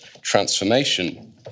transformation